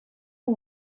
who